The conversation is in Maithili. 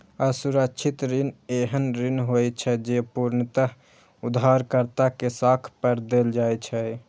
असुरक्षित ऋण एहन ऋण होइ छै, जे पूर्णतः उधारकर्ता के साख पर देल जाइ छै